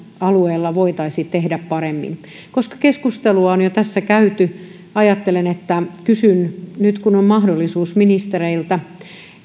alueilla voitaisiin tehdä paremmin koska keskustelua on tässä jo käyty ajattelen että kysyn nyt kun on mahdollisuus ministereiltä